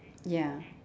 ya